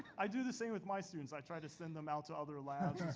i do this thing with my students. i try to send them out to other labs.